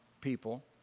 people